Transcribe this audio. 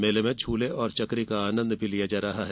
मेले में झूले और चकरी का भी आनंद लिया जा रहा है